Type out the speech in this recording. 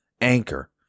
Anchor